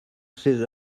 sydd